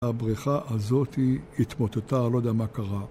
הבריכה הזאתי התמוטטה, לא יודע מה קרה.